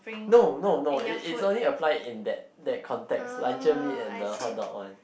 no no no is is only apply in that that context luncheon meat and the hot dog one